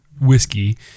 whiskey